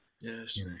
Yes